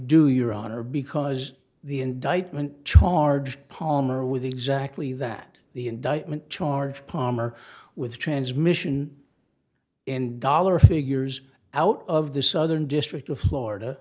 do your honor because the indictment charged palmer with exactly that the indictment charge palmer with transmission and dollar figures out of the southern district of florida